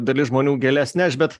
dalis žmonių gėles neš bet